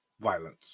violence